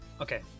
Okay